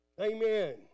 Amen